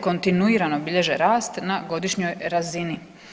Kontinuirano bilježe rast na godišnjoj razini.